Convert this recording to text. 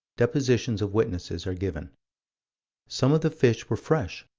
depositions of witnesses are given some of the fish were fresh,